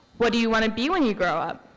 what do you want to be when you grow up?